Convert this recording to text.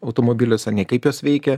automobiliuose nei kaip jos veikia